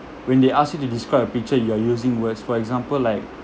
when they ask you to describe a picture you are using words for example like